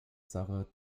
sache